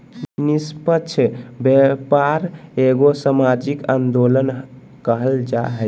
निस्पक्ष व्यापार एगो सामाजिक आंदोलन कहल जा हइ